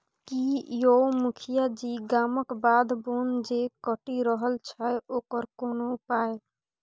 की यौ मुखिया जी गामक बाध बोन जे कटि रहल छै ओकर कोनो उपाय